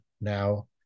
now